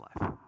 life